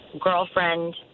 girlfriend